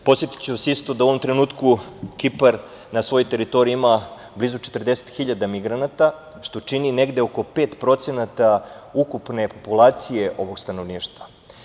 Podsetiću vas isto da u ovom trenutku Kipar na svojoj teritoriji ima blizu 40.000 migranata, što čini negde oko 5% ukupne populacije ovog stanovništva.